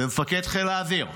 למפקד חיל האוויר,